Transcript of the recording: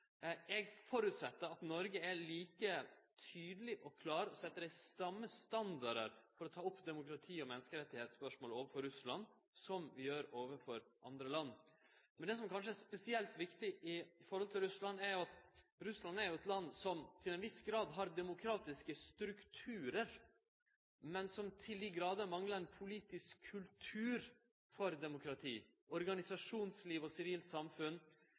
Eg føreset at Noreg er like tydeleg og klar, og set dei same standardar for å ta opp demokrati- og menneskerettsspørsmål overfor Russland som det vi gjer overfor andre land. Men det som kanskje er spesielt viktig når det gjeld Russland, er at Russland er eit land som til ei viss grad har demokratiske strukturar, men som til dei grader manglar politisk kultur for demokrati, organisasjonsliv og sivilt samfunn